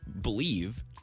believe